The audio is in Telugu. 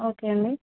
ఓకే అండి